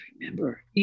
remember